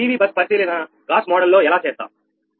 PV bus పరిశీలన Gauss model లో లో ఎలా చేస్తాం